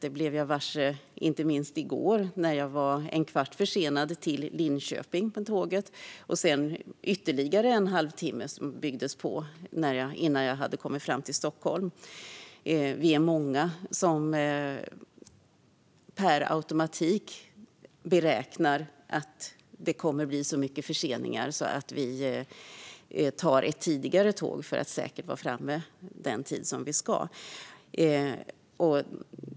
Detta blev jag varse inte minst i går när mitt tåg till Linköping var försenat med en kvart, som sedan byggdes på med ytterligare en halvtimme innan jag hade kommit fram till Stockholm. Vi är många som per automatik beräknar att det kommer att bli så mycket förseningar att vi tar ett tidigare tåg för att säkert vara framme den tid vi ska.